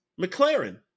McLaren